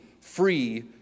free